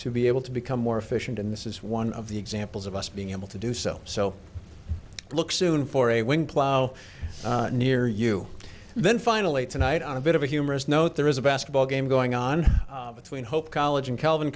to be able to become more efficient and this is one of the examples of us being able to do so so look soon for a wind plow near you then finally tonight on a bit of a humorous note there is a basketball game going on between hope college and calvin